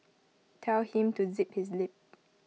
tell him to zip his lip